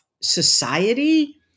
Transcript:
society